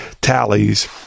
tallies